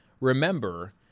remember